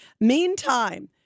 Meantime